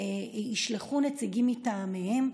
ישלחו נציגים מטעמם.